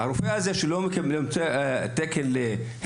הרשימה הערבית המאוחדת): נניח ויש רופא שלא נמצא לו תקן להתמחות.